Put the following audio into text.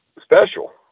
special